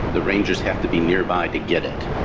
the rangers have to be nearby to get it.